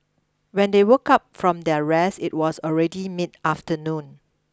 when they woke up from their rest it was already mid afternoon